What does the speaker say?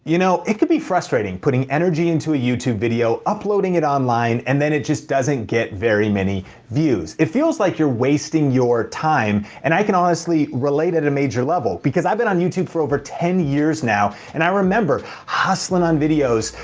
you know, it can be frustrating putting energy into a youtube video, uploading it online, and then it just doesn't get very many views. it feels like you're wasting your time and i can honestly relate at a major level. because i've been on youtube for over ten years now and i remember hustlin' on videos,